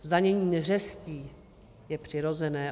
Zdanění neřestí je přirozené.